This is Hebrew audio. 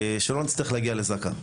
על מנת שלא נצטרך להגיע לזק״א,